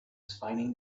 finding